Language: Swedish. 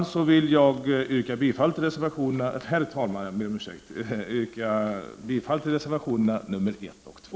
Med detta vill jag yrka bifall till reservationerna 1 och 2.